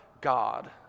God